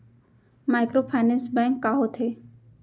Microfinance bank का होथे?